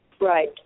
Right